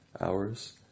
hours